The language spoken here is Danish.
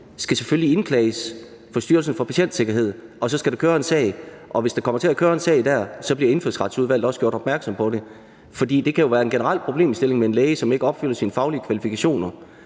skal selvfølgelig indklages til Styrelsen for Patientsikkerhed, og så skal der køre en sag. Og hvis der kommer til at køre en sag der, bliver Indfødsretsudvalget også gjort opmærksom på det. Der kan jo være en generel problemstilling med en læge, som ikke opfylder sine faglige kvalifikationer,